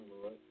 Lord